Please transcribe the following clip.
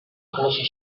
organization